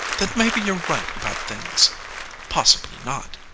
that maybe you're right about things possibly not.